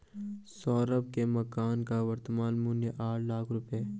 सौरभ के मकान का वर्तमान मूल्य आठ लाख रुपये है